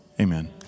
Amen